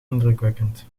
indrukwekkend